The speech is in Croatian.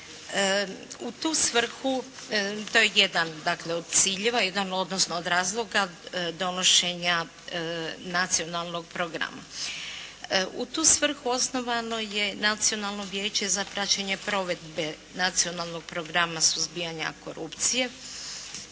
U tu svrhu, to je jedan dakle od ciljeva, jedan od razloga donošenja nacionalnog programa. U tu svrhu osnovano je Nacionalno vijeće za praćenje provedbe nacionalnog programa suzbijanja korupcije